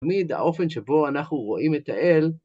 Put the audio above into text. תמיד האופן שבו אנחנו רואים את האל,